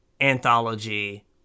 anthology